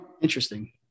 Interesting